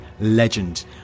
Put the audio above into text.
legend